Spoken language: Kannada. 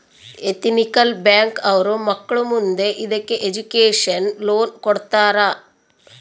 ಎತಿನಿಕಲ್ ಬ್ಯಾಂಕ್ ಅವ್ರು ಮಕ್ಳು ಮುಂದೆ ಇದಕ್ಕೆ ಎಜುಕೇಷನ್ ಲೋನ್ ಕೊಡ್ತಾರ